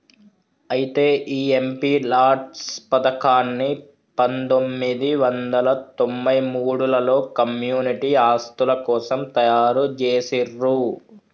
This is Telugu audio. అయితే ఈ ఎంపీ లాట్స్ పథకాన్ని పందొమ్మిది వందల తొంభై మూడులలో కమ్యూనిటీ ఆస్తుల కోసం తయారు జేసిర్రు